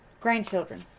grandchildren